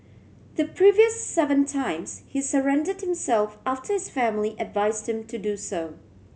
the previous seven times he surrendered himself after his family advised him to do so